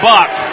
Buck